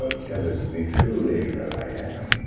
ah tell us me truly where i am